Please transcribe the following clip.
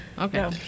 Okay